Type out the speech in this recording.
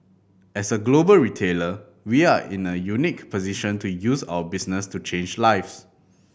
as a global retailer we are in a unique position to use our business to change lives